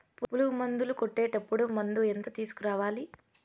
పులుగు మందులు కొట్టేటప్పుడు మందు ఎంత తీసుకురావాలి?